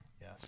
Yes